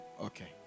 okay